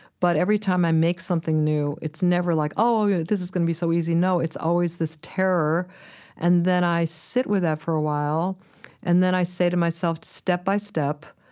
but every time i make something new, it's never like, oh, yeah this is going to be so easy. no, it's always this terror and then i sit with that for a while and then i say to myself, step by step,